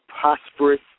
prosperous